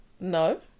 No